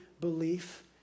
belief